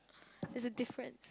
is the different